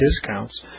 discounts